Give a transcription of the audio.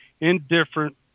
indifferent